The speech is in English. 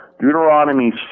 Deuteronomy